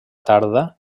tarda